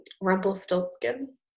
Rumpelstiltskin